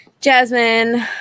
Jasmine